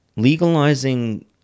Legalizing